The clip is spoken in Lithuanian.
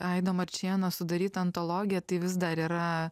aido marčėno sudaryta antologija tai vis dar yra